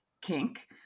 kink